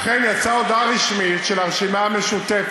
אכן, יצאה הודעה רשמית של הרשימה המשותפת,